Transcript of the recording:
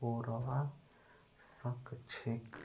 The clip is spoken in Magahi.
पोरवा सकछेक